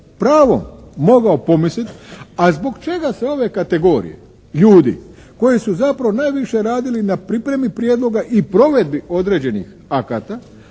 pravom mogao pomislit a zbog čega se ove kategorije ljudi koje su zapravo najviše radili na pripremi prijedloga i provedbi određenih akata